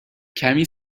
کمی